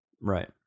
Right